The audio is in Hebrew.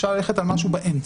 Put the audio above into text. אפשר ללכת על משהו באמצע,